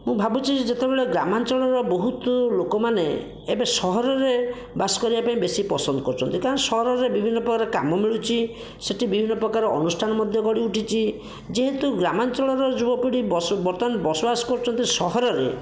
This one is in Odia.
ମୁଁ ଭାବୁଛି ଯେତେବେଳେ ଗ୍ରାମାଞ୍ଚଳରେ ବହୁତ ଲୋକମାନେ ଏବେ ସହରରେ ବାସ କରିବା ପାଇଁ ବେଶି ପସନ୍ଦ କରୁଛନ୍ତି କାରଣ ସହରରେ ବିଭିନ୍ନ ପ୍ରକାର କାମ ମିଳୁଛି ସେଇଠି ବିଭିନ୍ନ ପ୍ରକାର ଅନୁଷ୍ଠାନ ମଧ୍ୟ ଗଢ଼ି ଉଠିଛି ଯେହେତୁ ଗ୍ରାମାଞ୍ଚଳର ଯୁବପିଢ଼ି ବସ ବର୍ତ୍ତମାନ ବସବାସ କରୁଛନ୍ତି ସହରରେ